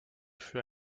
für